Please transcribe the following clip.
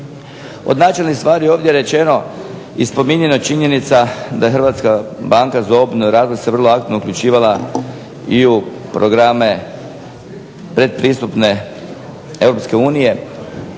Od načelnih stvari ovdje je rečeno i spominjana činjenica da HBOR se vrlo aktivno uključivala i u programe predpristupne EU